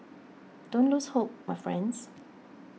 don't lose hope my friends